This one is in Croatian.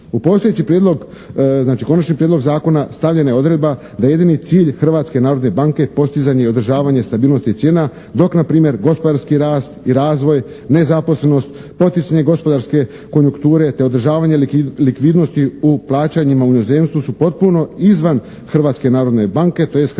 znači konačni prijedlog zakona stavljena je odredbe da je jedini cilj Hrvatske narodne banke postizanje i održavanje stabilnosti cijena dok na primjer gospodarski rast i razvoj, nezaposlenost, poticanje gospodarske konjukture te održavanje likvidnosti u plaćanjima u inozemstvu su potpuno izvan Hrvatske narodne banke tj. Hrvatska narodna banka